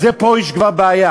אז פה יש בעיה.